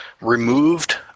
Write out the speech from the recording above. removed